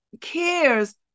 cares